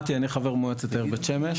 אני חבר מועצת העיר בית שמש.